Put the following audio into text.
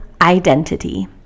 identity